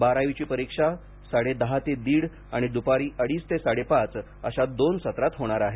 बारावीची परीक्षा साडे दहा ते दीड आणि दुपारी अडीच ते साडे पाच अशा दोन सत्रात होणार आहे